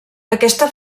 aquesta